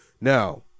Now –